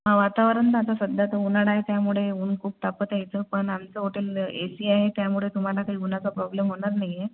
हा वातावरण आता सध्या तर उन्हाळा आहे त्यामुळे ऊन खूप तापत आहे इथे पण आमचं हॉटेल ए सी आहे त्यामुळे तुम्हाला काही उन्हाचा प्रॉब्लेम होणार नाही आहे